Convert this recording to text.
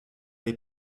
les